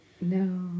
no